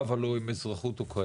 בשעות הבוקר